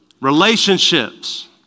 relationships